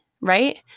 right